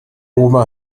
oma